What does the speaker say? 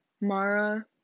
Mara